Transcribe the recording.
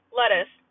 lettuce